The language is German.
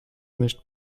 nicht